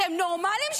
אתם נורמליים?